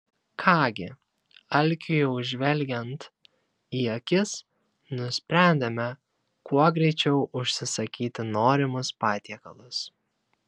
ką gi alkiui jau žvelgiant į akis nusprendėme kuo greičiau užsisakyti norimus patiekalus